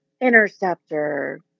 interceptor